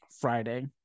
Friday